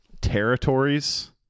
territories